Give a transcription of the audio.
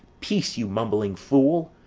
peace, you mumbling fool!